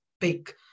big